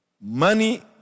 money